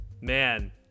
man